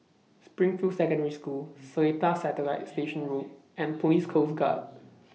Springfield Secondary School Seletar Satellite Station Road and Police Coast Guard